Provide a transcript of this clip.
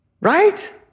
Right